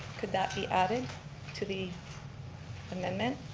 could that be added to the amendment,